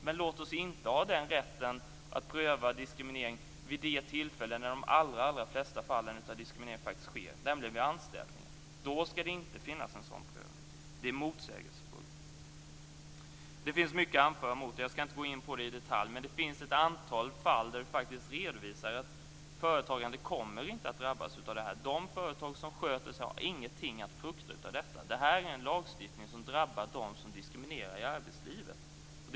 Men låt oss inte ha rätten att pröva diskriminering vid de tillfällen när de allra flesta fallen av diskriminering faktiskt sker, nämligen vid anställningen! Då skall det inte finnas en sådan prövning. Det är motsägelsefullt. Det finns mycket att anföra mot detta. Jag skall inte gå in på det i detalj. Men det finns ett antal fall där vi faktiskt redovisar att företagandet inte kommer att drabbas av detta. De företag som sköter sig har ingenting att frukta av detta. Detta är en lagstiftning som drabbar dem som diskriminerar i arbetslivet.